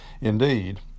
Indeed